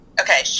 Okay